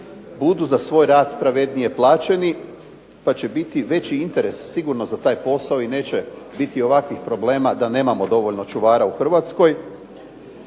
budu za svoj rad pravednije plaćeni pa će biti veći interes sigurno za taj posao i neće biti ovakvih problema da nemamo dovoljno čuvara u Hrvatskoj